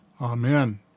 Amen